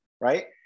right